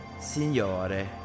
signore